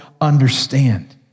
understand